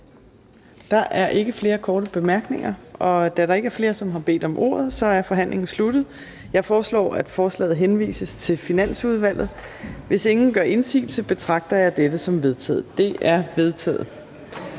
Der er ikke flere korte bemærkninger. Da der ikke er flere, som har bedt om ordet, er forhandlingen sluttet. Jeg foreslår, at forslaget til folketingsbeslutning henvises til Finansudvalget. Hvis ingen gør indsigelse, betragter jeg dette som vedtaget. Det er vedtaget.